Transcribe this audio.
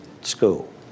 school